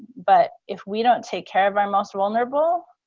but if we don't take care of our most vulnerable,